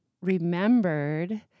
remembered